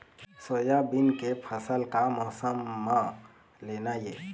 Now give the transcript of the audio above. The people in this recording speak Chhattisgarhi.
सोयाबीन के फसल का मौसम म लेना ये?